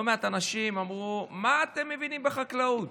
לא מעט אנשים אמרו: מה אתם מבינים בחקלאות?